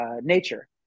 nature